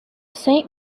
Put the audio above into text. saint